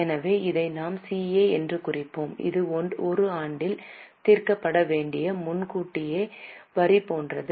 எனவே இதை CA என்று குறிப்போம் இது 1 ஆண்டில் தீர்க்கப்பட வேண்டிய முன்கூட்டியே வரி போன்றது